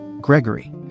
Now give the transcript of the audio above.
Gregory